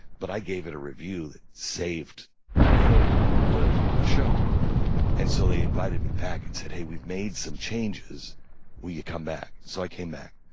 but i gave it a review that saved the the show and so they invited me back and said, hey, we've made some changes will you come back? so i came back.